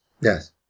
Yes